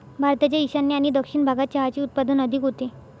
भारताच्या ईशान्य आणि दक्षिण भागात चहाचे उत्पादन अधिक होते